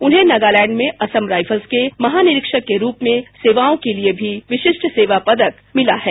उन्हें नगालैंड में असम राइफल्स के महानिरीक्षक के रूप में सेवाओं के लिए विशिष्ट सेवा पदक भी मिला है